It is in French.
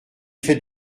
fait